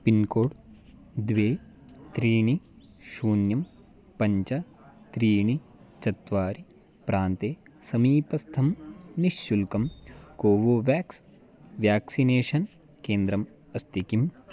pincode द्वे त्रीणि शून्यं पञ्च त्रीणि चत्वारि प्रान्ते समीपस्थं निश्शुल्कं कोवोवेक्स् व्याक्सिनेषन् केन्द्रम् अस्ति किम्